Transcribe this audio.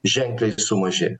ženkliai sumažė